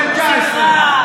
הייתי קטנה,